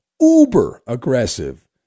uber-aggressive